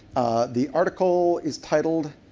the article is titled